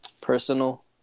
personal